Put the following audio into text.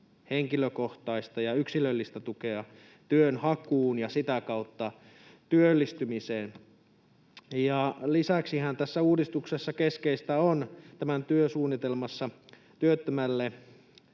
henkilökohtaista ja yksilöllistä tukea työnhakuun ja sitä kautta työllistymiseen. Lisäksihän tässä uudistuksessa keskeistä on tämä työsuunnitelmassa työttömälle